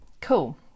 cool